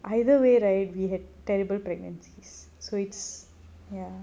either way right we had terrible pregnancies so it's ya